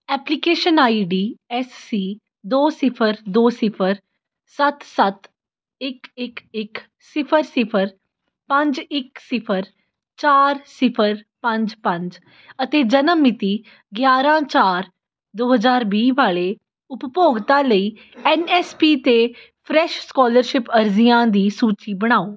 application I D S C ਦੋ ਸਿਫਰ ਦੋ ਸਿਫਰ ਸੱਤ ਸੱਤ ਇੱਕ ਇੱਕ ਇੱਕ ਸਿਫਰ ਸਿਫਰ ਪੰਜ ਇੱਕ ਸਿਫਰ ਚਾਰ ਸਿਫਰ ਪੰਜ ਪੰਜ ਅਤੇ ਜਨਮ ਮਿਤੀ ਗਿਆਰ੍ਹਾਂ ਚਾਰ ਦੋ ਹਜ਼ਾਰ ਵੀਹ ਵਾਲੇ ਉਪਭੋਗਤਾ ਲਈ ਐੱਨ ਐੱਸ ਪੀ 'ਤੇ ਫਰੈਸ਼ ਸਕਾਲਰਸ਼ਿਪ ਅਰਜ਼ੀਆਂ ਦੀ ਸੂਚੀ ਬਣਾਓ